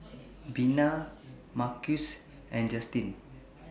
Bina Marquise and Justine